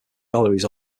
galleries